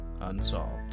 Unsolved